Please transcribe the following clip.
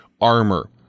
Armor